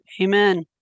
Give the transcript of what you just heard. Amen